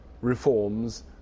reforms